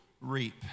reap